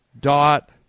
dot